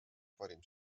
parim